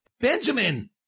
Benjamin